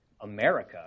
America –